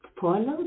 follow